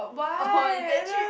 oh is that trip